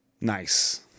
nice